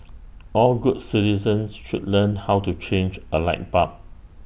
all good citizens should learn how to change A light bulb